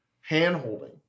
hand-holding